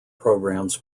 programmes